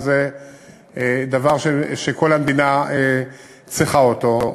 וזה דבר שכל המדינה צריכה אותו.